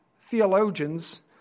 theologians